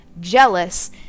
jealous